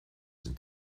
den